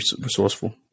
resourceful